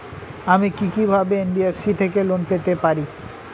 আমি কি কিভাবে এন.বি.এফ.সি থেকে লোন পেতে পারি?